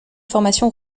formation